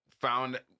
found